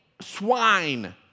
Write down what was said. swine